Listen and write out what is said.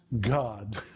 God